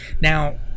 Now